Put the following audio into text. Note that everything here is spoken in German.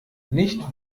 nicht